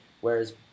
whereas